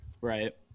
right